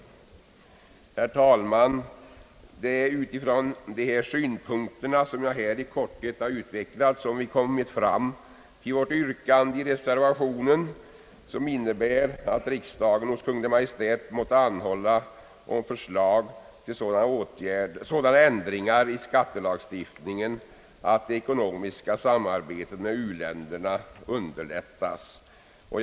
Det är, herr talman, utifrån de synpunkter jag här i korthet utvecklat som vi kommit fram till vårt yrkande i reservationen, att hos Kungl. Maj:t anhålla om förslag till sådana ändringar i skattelagstiftningen att det ekonomiska samarbetet med u-länderna under Ang. en speciell u-hjälpsavgift, m.m. lättas.